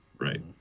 Right